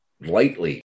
lightly